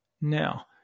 Now